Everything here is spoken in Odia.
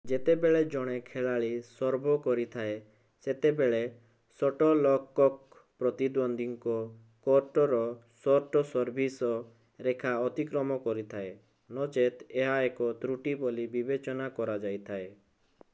ଯେତେବେଳେ ଜଣେ ଖେଳାଳି ସର୍ଭ୍ କରିଥାଏ ସେତେବେଳେ ସଟଲ୍କକ୍ ପ୍ରତିଦ୍ୱନ୍ଦ୍ୱୀଙ୍କ କୋର୍ଟର ସର୍ଟ ସର୍ଭିସ୍ ରେଖା ଅତିକ୍ରମ କରିଥାଏ ନଚେତ୍ ଏହା ଏକ ତ୍ରୁଟି ବୋଲି ବିବେଚନା କରାଯାଇଥାଏ